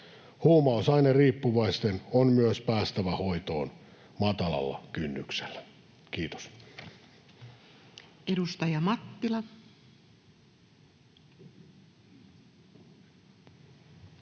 Huumausaineriippuvaisten on myös päästävä hoitoon matalalla kynnyksellä. — Kiitos.